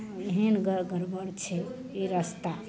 एहन गड़बड़ छै ई रस्ता